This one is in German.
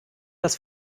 das